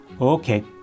Okay